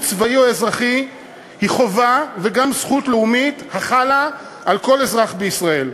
צבאי או אזרחי הוא חובה וגם זכות לאומית החלה על כל אזרח בישראל.